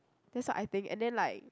that's what I think and then like